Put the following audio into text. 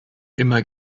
immer